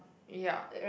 ya